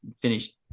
finished